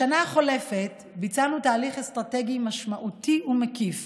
בשנה החולפת ביצענו תהליך אסטרטגי משמעותי ומקיף